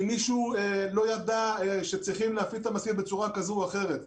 כי מישהו לא ידע שצריך להפעיל את המכשיר בצורה כזאת או אחרת.